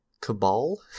Cabal